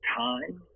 time